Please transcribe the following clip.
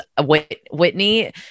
Whitney